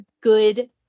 good